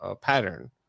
pattern